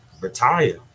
retire